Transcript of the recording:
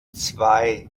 zwei